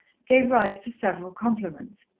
gave rise to several compliments.